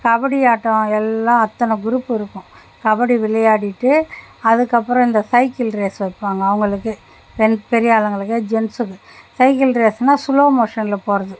கபடி ஆட்டம் எல்லாம் அத்தனை க்ரூப்பு இருக்கும் கபடி விளையாடிட்டு அதுக்கப்புறம் இந்த சைக்கிள் ரேஸ் வைப்பாங்க அவங்களுக்கு பென் பெரியாளுங்களுக்கு ஜென்ட்ஸுக்கு சைக்கிள் ரேஸ்னா ஸ்லோ மோஷனில் போகிறது